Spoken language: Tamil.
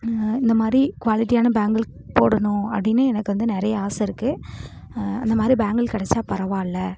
இந்த மாதிரி குவாலிட்டியான பேங்குல் போடணும் அப்படின்னு எனக்கு வந்து நிறைய ஆசை இருக்குது அந்த மாதிரி பேங்குல் கிடச்சா பரவாயில்ல